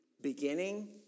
beginning